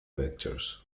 vectors